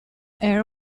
air